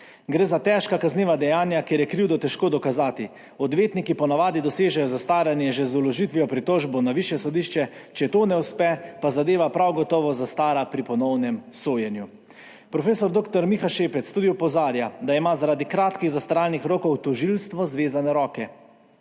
Gre za težka kazniva dejanja, kjer je krivdo težko dokazati. Odvetniki ponavadi dosežejo zastaranje že z vložitvijo pritožbo na višje sodišče. Če to ne uspe, pa zadeva prav gotovo zastara pri ponovnem sojenju. Prof. dr. Miha Šepec tudi opozarja, da ima, zaradi kratkih zastaralnih rokov tožilstvo zvezane roke.